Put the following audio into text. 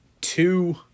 two